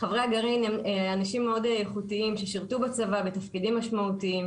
חברי הגרעין הם אנשים מאוד איכותיים ששירתו בצבא בתפקידים משמעותיים.